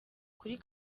kuri